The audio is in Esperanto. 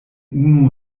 unu